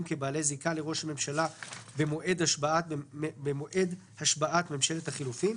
כבעלי זיקה לראש הממשלה במועד השבעת ממשלת החילופים,